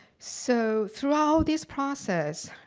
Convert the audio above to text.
so, throughout this process,